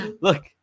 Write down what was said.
look